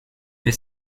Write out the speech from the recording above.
mais